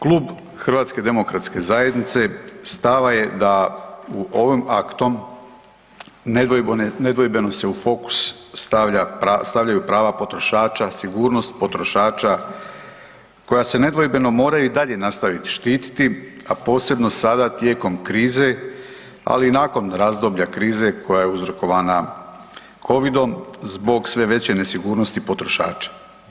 Klub HDZ-a stava je da ovim aktom nedvojbeno se u fokus stavljaju prava potrošača, sigurnost potrošača koja se nedvojbeno moraju i dalje nastavit štititi, a posebno sada tijekom krize ali i nakon razdoblja krize koja je uzrokovana Covidom zbog sve veće nesigurnosti potrošača.